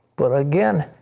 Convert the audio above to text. but, again,